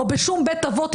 או בשום בית אבות,